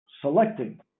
Selecting